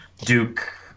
Duke